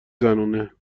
زنونه